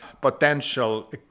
potential